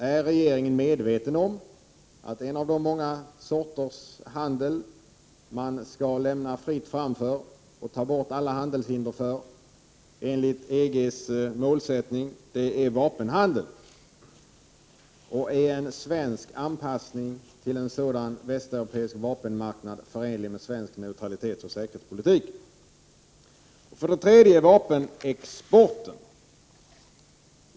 Är regeringen medveten om att en av de många sorters handel som det är EG:s målsättning att lämna fritt fram för och ta bort alla handelshinder för är vapenhandeln? Är en svensk anpassning till en sådan västeuropeisk vapenmarknad förenlig med svensk neutralitetsoch säkerhetspolitik? Den tredje frågan gäller vapenexporten.